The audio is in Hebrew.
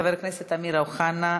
חבר הכנסת אמיר אוחנה,